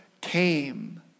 came